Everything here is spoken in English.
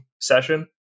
session